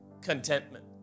contentment